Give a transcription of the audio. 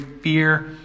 fear